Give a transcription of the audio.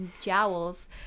jowls